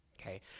okay